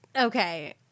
okay